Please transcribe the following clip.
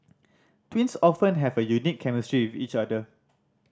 twins often have a unique chemistry with each other